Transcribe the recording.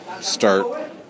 start